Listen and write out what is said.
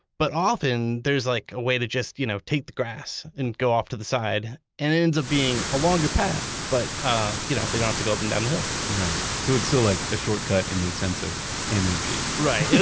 but often, there's like a way to just you know take the grass, grass, and go off to the side. and it ends up being a longer path, but ah you know they don't have to go up and down the hill right. so it's still like a shortcut in the sense of energy right. yeah